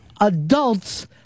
adults